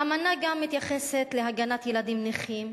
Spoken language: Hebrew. האמנה אף מתייחסת להגנת ילדים נכים,